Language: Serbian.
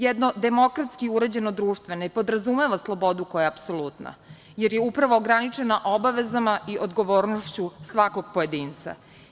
Jedno demokratski uređeno društveno ne podrazumeva slobodu koja je apsolutno, jer je upravo ograničena obavezama i odgovornošću svakog pojedinca.